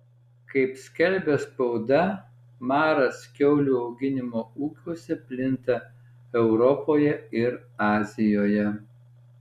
kaip skelbia spauda maras kiaulių auginimo ūkiuose plinta europoje ir azijoje